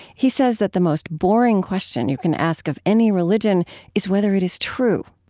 he says that the most boring question you can ask of any religion is whether it is true.